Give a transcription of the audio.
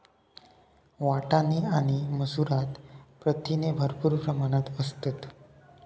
वाटाणे आणि मसूरात प्रथिने भरपूर प्रमाणात असतत